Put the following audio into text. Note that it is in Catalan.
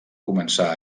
començar